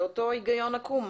זה אותו היגיון עקום,